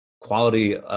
quality